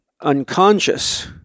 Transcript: unconscious